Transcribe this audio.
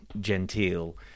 genteel